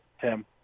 Tim